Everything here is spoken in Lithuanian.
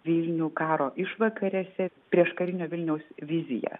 vilnių karo išvakarėse prieškarinio vilniaus viziją